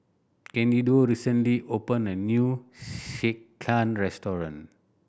Candido recently opened a new Sekihan restaurant